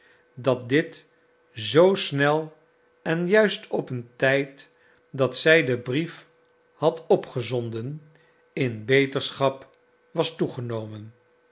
dat dit zoo snel en juist op een tijd dat zij den brief had opgezonden in beterschap was toegenomen